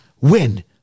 win